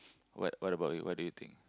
what what about you what do you think